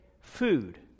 food